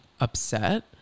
upset